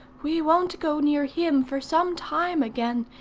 we won't go near him for some time again,